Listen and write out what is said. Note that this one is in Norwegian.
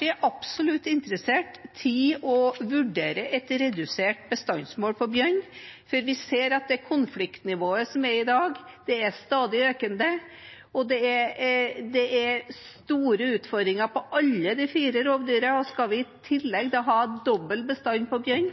er absolutt interessert i å vurdere et redusert bestandsmål for bjørn, for vi ser at det konfliktnivået som er i dag, er stadig økende, og det er store utfordringer med alle de fire rovdyrene. Skal vi i tillegg ha dobbel bestand av bjørn,